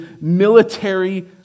military